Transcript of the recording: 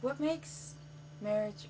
what makes marriage